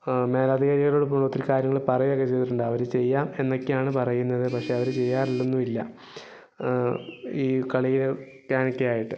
മേലാധികാരികളോട് ഒത്തിരി കാര്യങ്ങൾ പറയുകയൊക്കെ ചെയ്തിട്ടുണ്ട് അവർ ചെയ്യാം എന്നൊക്കെയാണ് പറയുന്നത് പക്ഷേ അവർ ചെയ്യാറൊന്നുമില്ല ഈ ക ളിക്കാനെക്കെയായിട്ട്